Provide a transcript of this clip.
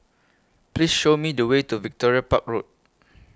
Please Show Me The Way to Victoria Park Road